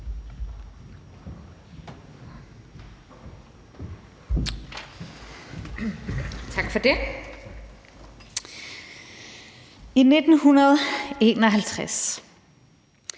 Tak for det. I 1951